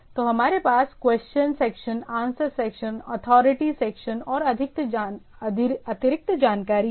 तो हमारे पास question section answer section authority section और अतिरिक्त जानकारी है